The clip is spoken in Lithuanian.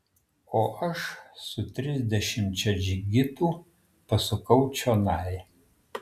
o aš su trisdešimčia džigitų pasukau čionai